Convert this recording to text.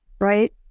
right